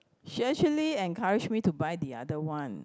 she actually encourage me to buy the other one